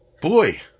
Boy